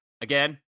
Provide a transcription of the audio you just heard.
Again